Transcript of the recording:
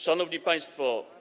Szanowni Państwo!